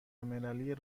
المللی